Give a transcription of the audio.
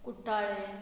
कुट्टाळें